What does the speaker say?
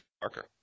Parker